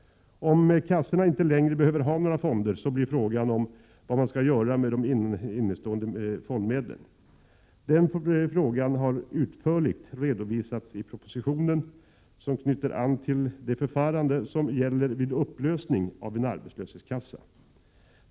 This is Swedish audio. Om kassorna inte längre behöver ha några fonder, så blir frågan vad man skall göra med de innestående fondmedlen. Den frågan har utförligt redovisats i propositionen, som knyter an till det förfarande som gäller vid upplösning av en arbetslöshetskassa.